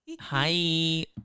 Hi